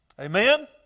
Amen